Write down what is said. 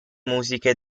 musiche